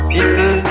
People